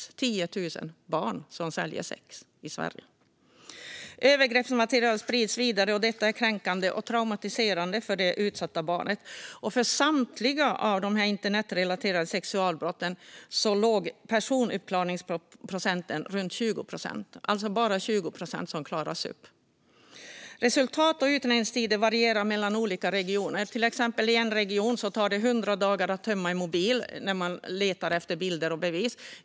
Det kan alltså vara 10 000 barn som säljer sex i Sverige. Övergreppsmaterialet sprids vidare, och detta är kränkande och traumatiserande för det utsatta barnet. För samtliga internetrelaterade sexualbrott ligger personuppklaringsprocenten runt 20 procent. Det är alltså bara 20 procent som klaras upp. Resultat och utredningstider varierar mellan olika regioner. I en region tar det till exempel 100 dagar att tömma en mobil när man letar efter bilder och bevis.